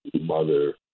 mother